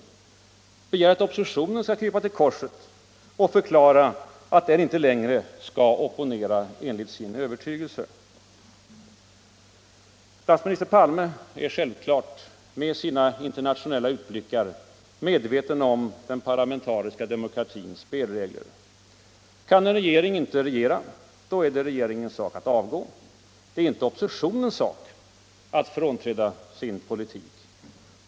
Regeringen begär att oppositionen skall krypa till korset och förklara att den inte längre skall opponera enligt sin övertygelse. Statsminister Palme är självklart med sina internationella utblickar medveten om den parlamentariska demokratins spelregler. Kan en regering inte regera, då är det regeringens sak att avgå. Det är inte op positionens sak att frånträda sin politik.